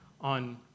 on